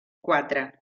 quatre